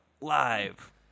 live